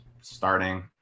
starting